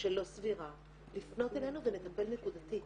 שלא סבירה לפנות אלינו ונטפל נקודתית.